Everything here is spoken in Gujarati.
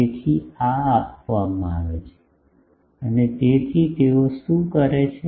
તેથી આ આપવામાં આવે છે અને તેથી તેઓ શું કરે છે